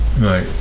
Right